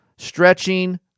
Stretching